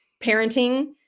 parenting